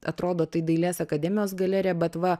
atrodo tai dailės akademijos galerija bet va